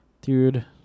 Dude